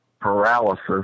paralysis